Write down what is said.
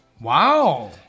Wow